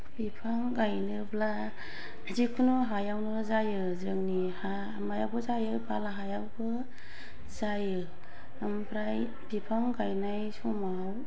बिफां गायनोब्ला जिखुनु हायावनो जायो जोंनि हामायावबो जायो बाला हायावबो जायो ओमफ्राय बिफां गायनाय समाव